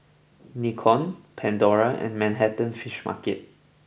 Nikon Pandora and Manhattan Fish Market